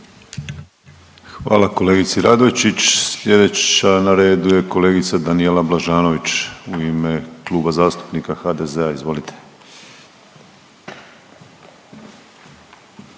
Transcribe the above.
Hvala kolegici Orešković. Slijedeća na redu je kolegica Sanda Livija Maduna ispred Kluba zastupnika HDZ-a, izvolite.